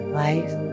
life